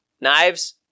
Knives